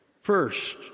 First